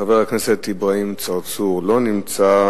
חבר הכנסת אברהים צרצור, לא נמצא.